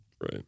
right